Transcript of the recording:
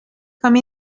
come